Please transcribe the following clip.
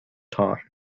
time